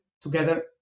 together